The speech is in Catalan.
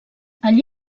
allí